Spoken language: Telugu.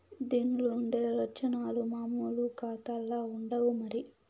దీన్లుండే లచ్చనాలు మామూలు కాతాల్ల ఉండవు మరి